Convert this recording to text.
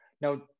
Now